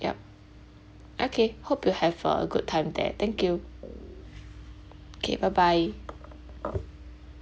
ya okay hope you'll have a good time there thank you okay bye bye